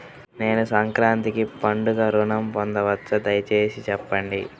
నేను సంక్రాంతికి పండుగ ఋణం పొందవచ్చా? దయచేసి చెప్పండి?